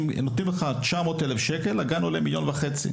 נותנים לך 900 אלף שקל הגן עולה 1.5 מיליון.